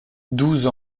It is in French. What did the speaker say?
douze